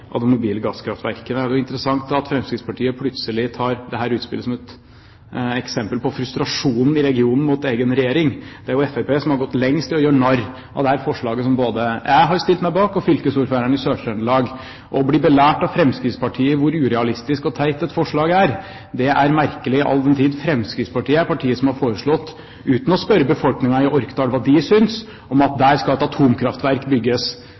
av de mobile gasskraftverkene. Det er interessant at Fremskrittspartiet plutselig tar dette utspillet som et eksempel på frustrasjon i regionen mot egen regjering. Det er jo Fremskrittspartiet som har gått lengst i å gjøre narr av dette forslaget, som både jeg og fylkesordføreren i Sør-Trøndelag har stilt oss bak. Å bli belært av Fremskrittspartiet i hvor urealistisk og teit et forslag er, er merkelig, all den tid Fremskrittspartiet er partiet som har foreslått, uten å spørre befolkningen i Orkdal om hva de synes, at der skal et atomkraftverk bygges